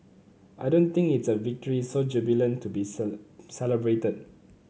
I don't think it's a victory so jubilant to be celebrated